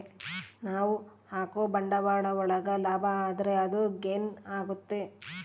ನಾವ್ ಹಾಕೋ ಬಂಡವಾಳ ಒಳಗ ಲಾಭ ಆದ್ರೆ ಅದು ಗೇನ್ ಆಗುತ್ತೆ